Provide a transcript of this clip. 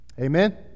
Amen